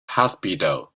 hospital